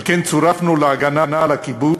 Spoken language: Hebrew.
ועל כן צורפנו להגנה על הקיבוץ,